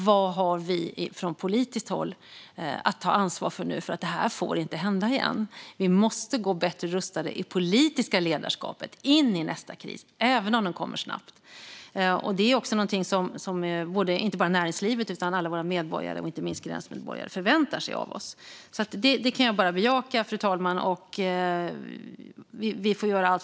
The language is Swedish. Det här får nämligen inte hända igen, utan vi i det politiska ledarskapet måste gå bättre rustade in i nästa kris - även om den kommer snabbt. Det är också någonting som inte bara näringslivet utan alla våra medborgare, inte minst gränsmedborgare, förväntar sig av oss. Jag kan alltså bara bejaka detta, fru talman.